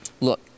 look